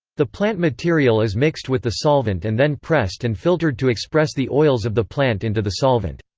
the plant material is mixed with the solvent and then pressed and filtered to express the oils of the plant into the solvent.